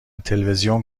تلویزیون